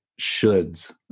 shoulds